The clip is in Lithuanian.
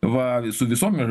va su visom